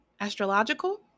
astrological